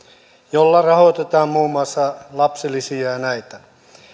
jolla rahoitetaan muun muassa lapsilisiä ja näitä